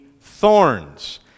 thorns